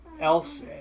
else